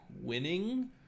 winning